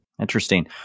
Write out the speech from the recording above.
Interesting